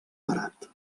parat